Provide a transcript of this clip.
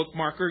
bookmarker